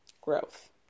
growth